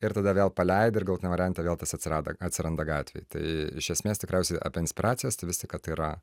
ir tada vėl paleidi ir galutiniam variante vėl tas atsirado atsiranda gatvėj tai iš esmės tikriausiai apie inspiracijas tai vis tik kad tai yra